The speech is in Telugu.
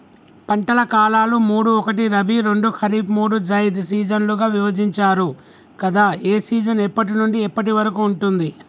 పంటల కాలాలు మూడు ఒకటి రబీ రెండు ఖరీఫ్ మూడు జైద్ సీజన్లుగా విభజించారు కదా ఏ సీజన్ ఎప్పటి నుండి ఎప్పటి వరకు ఉంటుంది?